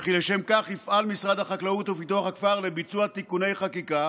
וכי לשם כך יפעל משרד החקלאות ופיתוח הכפר לביצוע תיקוני חקיקה